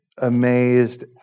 amazed